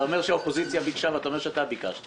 אתה אומר שאופוזיציה ביקשה ואתה אומר שאתה ביקשת